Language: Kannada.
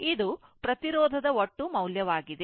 ಇದು ಪ್ರತಿರೋಧದ ಒಟ್ಟು ಮೌಲ್ಯವಾಗಿದೆ